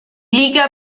liga